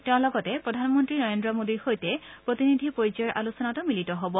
তেওঁ লগতে প্ৰধানমন্ত্ৰী নৰেন্দ্ৰ মোডীৰ সৈতে প্ৰতিনিধি পৰ্যায়ৰ আলোচনাতো মিলিত হ'ব